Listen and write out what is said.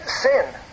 sin